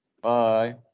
Bye